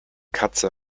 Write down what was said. katze